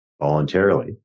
voluntarily